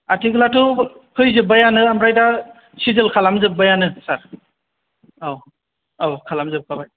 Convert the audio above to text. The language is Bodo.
आरथिखोलाथ' फैजोबबायानो ओमफ्राय दा सिजिल खालाम जोबबायानो सार औ औ खालाम जोबखाबाय